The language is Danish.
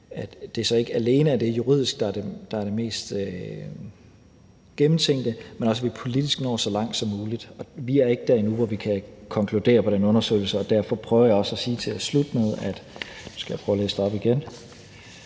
så ikke alene er det juridiske, der er det mest gennemtænkte, men også det politiske, altså at vi når så langt som muligt med det. Vi er ikke der endnu, hvor vi kan konkludere noget på den undersøgelse, og derfor prøvede jeg også til slut i min tale at sige – nu skal jeg prøve at læse det op igen